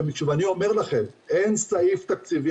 ואני אומר לכם, אין סעיף תקציבי.